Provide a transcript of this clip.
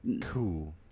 Cool